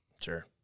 Sure